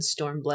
Stormblood